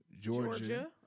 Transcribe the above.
georgia